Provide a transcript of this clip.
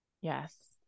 Yes